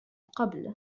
قبل